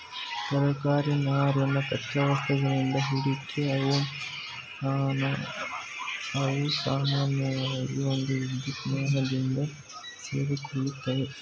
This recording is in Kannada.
ತರಕಾರಿ ನಾರಿನ ಕಚ್ಚಾವಸ್ತುಗಳಿಂದ ಕೂಡಿದೆ ಅವುಸಾಮಾನ್ಯವಾಗಿ ಒಂದುವಿದ್ಯಮಾನದಿಂದ ಸೇರಿಕೊಳ್ಳುತ್ವೆ